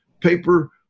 paper